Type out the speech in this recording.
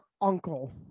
uncle